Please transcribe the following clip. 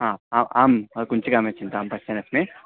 आ आ आं कुञ्चिकामपि चिन्ता पश्यन् अस्मि